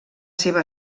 seva